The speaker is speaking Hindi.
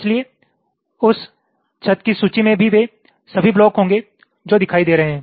इसलिए उस छत की सूची में वे सभी ब्लॉक होंगे जो दिखाई दे रहे हैं